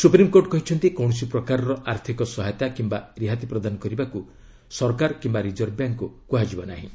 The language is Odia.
ସୁପ୍ରିମକୋର୍ଟ କହିଛନ୍ତି କୌଣସି ପ୍ରକାରର ଆର୍ଥିକ ସହାୟତା କିୟା ରିହାତି ପ୍ରଦାନ କରିବାକୁ ସରକାର କିମ୍ବା ରିଜର୍ଭବ୍ୟାଙ୍କକୁ କୁହାଯିବ ନାହିଁ